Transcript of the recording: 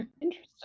Interesting